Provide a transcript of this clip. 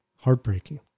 Heartbreaking